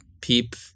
peep